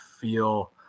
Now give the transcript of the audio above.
feel